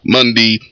Monday